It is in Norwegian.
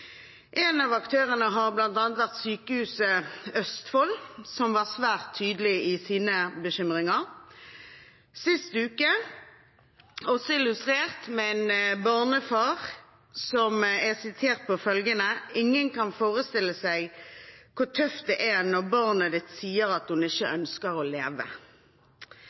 En av aktørene har vært Sykehuset Østfold, som var svært tydelig i sine bekymringer, sist uke også illustrert med en barnefar som er sitert på følgende: «Ingen kan forestille seg hvor tøft det er når barnet ditt sier at hun ikke ønsker å leve.»